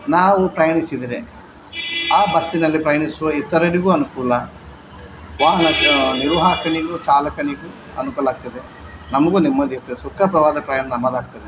ನಾವು ಪ್ರಯಾಣಿಸಿದರೆ ಆ ಬಸ್ಸಿನಲ್ಲಿ ಪ್ರಯಾಣಿಸುವ ಇತರರಿಗೂ ಅನುಕೂಲ ವಾಹನ ನಿರ್ವಾಹಕನಿಗೂ ಚಾಲಕನಿಗೂ ಅನುಕೂಲ ಆಗ್ತದೆ ನಮಗೂ ನೆಮ್ಮದಿ ಆಗ್ತದೆ ಸುಖ ಪ್ರಯಾಣ ನಮ್ಮದಾಗ್ತದೆ